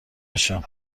بشم